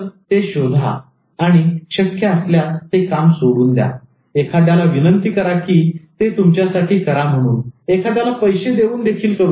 ते शोधा आणि शक्य असल्यास ते काम सोडून द्या एखाद्याला विनंती करा की ते तुमच्यासाठी करा म्हणून एखाद्याला पैसे देऊन देखील करून घ्या